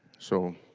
so